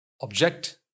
object